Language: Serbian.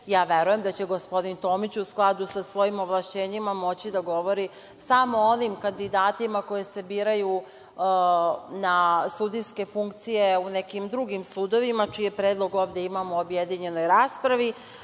Verujem da će gospodin Tomić, u skladu sa svojim ovlašćenjima moći da govori samo o onim kandidatima koje se biraju na sudijske funkcije u nekim drugim sudovima, čiji predlog ovde imamo u objedinjenoj raspravi.